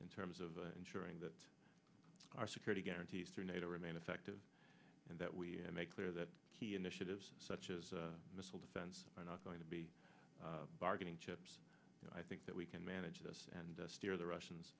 in terms of ensuring that our security guarantees through nato remain effective and that we make clear that key initiatives such as missile defense are not going to be bargaining chips i think that we can manage this and steer the russians